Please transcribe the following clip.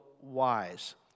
wise